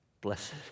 Blessed